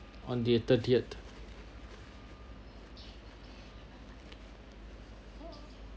on the thirtieth